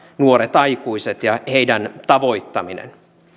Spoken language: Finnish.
nuoret aikuiset ja heidän tavoittamisensa